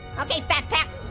okay fat paps,